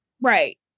Right